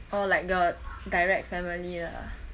oh like got direct family lah